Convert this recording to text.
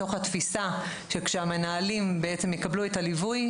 מתוך התפיסה שכשהמנהלים יקבלו את הליווי,